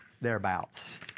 thereabouts